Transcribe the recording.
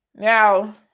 Now